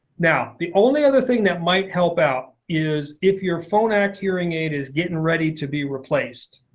now, the only other thing that might help out is if you're phonak hearing aid is getting ready to be replaced,